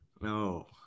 No